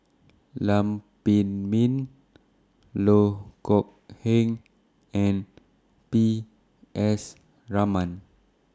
Lam Pin Min Loh Kok Heng and P S Raman